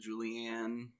Julianne